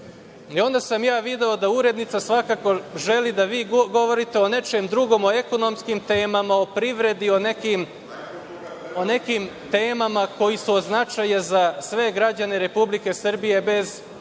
sam ja video da urednica svakako želi da vi govorite o nečemu drugom, o ekonomskim temama, o privredi, o nekim temama koje su od značaja za sve građane Republike Srbije bez